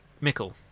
Mickle